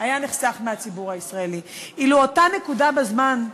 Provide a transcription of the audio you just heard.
היה נחסך מהציבור הישראלי, אילו אותה נקודה בזמן,